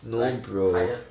no bro